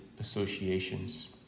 associations